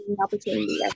opportunity